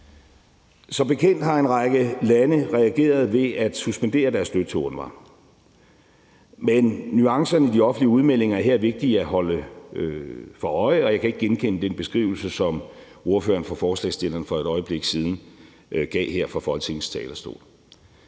Som bekendt har en række lande reageret ved at suspendere deres støtte til UNRWA. Men nuancerne i de offentlige udmeldinger er her vigtige at holde sig for øje, og jeg kan ikke genkende den beskrivelse, som ordføreren for forespørgerne for et øjeblik siden gav her fra Folketingets talerstol.